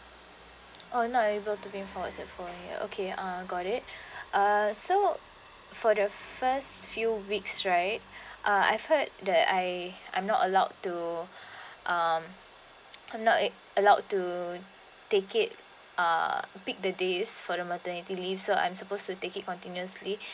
oh not able to bring it forward to the following year okay uh got it uh so for the first few weeks right uh I've heard that I am not allowed to not allowed to take it uh pick the days for the maternity leave so I am supposed to take it continuously